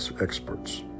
experts